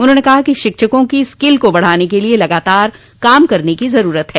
उन्होंने कहा कि शिक्षकों की स्किल को बढ़ाने के लिए लगातार काम करने की जरूरत है